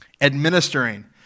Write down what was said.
administering